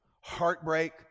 heartbreak